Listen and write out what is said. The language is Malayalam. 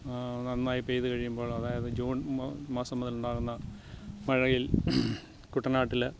നന്നായി പെയ്തു കഴിയുമ്പോൾ അതായത് ജൂൺ മാസം മുതൽ ഉണ്ടാകുന്ന മഴയിൽ കുട്ടനാട്ടിൽ